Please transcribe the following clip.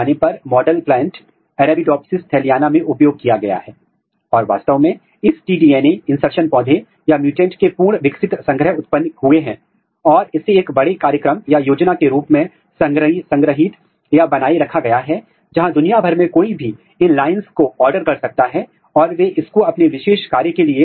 तो यह कंप्लीमेंटेशन पूरक करने के द्वारा मान्य किया जाना है जिसका अर्थ है कि यदि आप इस जीन ऑफ इंटरेस्ट का म्युटेंट उत्परिवर्ती लेते हैं जहां आप कुछ फेनोटाइप देखते हैं और फिर ट्रांसलेशनल फ्यूजन कंस्ट्रक्ट लेते हैं और उत्परिवर्ती पर वापस डालते हैं